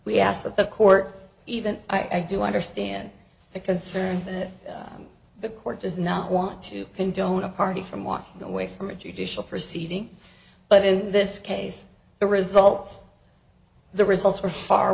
the court even i do understand the concern that the court does not want to condone a party from walking away from a judicial proceeding but in this case the results the results were far